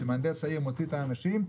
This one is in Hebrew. כשמהנדס העיר מוציא את האנשים,